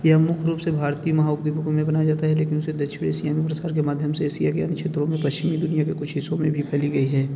यह मुख्य रूप से भारतीय महाउपद्वीप में मनाया जाता है लेकिन उसे दक्षिण एशियाई प्रसार के माध्यम से एसिया के अन्य क्षेत्रों और पश्चिमी दुनिया के कुछ हिस्सों में भी फैली गई है